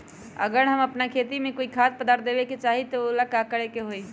अगर हम अपना खेती में कोइ खाद्य पदार्थ देबे के चाही त वो ला का करे के होई?